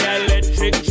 electric